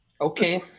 Okay